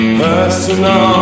personal